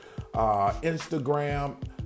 Instagram